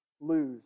lose